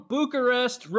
Bucharest